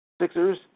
Sixers